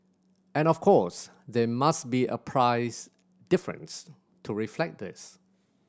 and of course there must be a price difference to reflect this